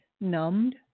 numbed